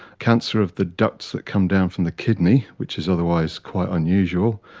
cancer of the ducts that come down from the kidney, which is otherwise quite unusual.